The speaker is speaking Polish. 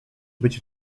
być